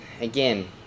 again